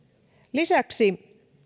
lisäksi